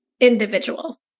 individual